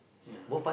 ya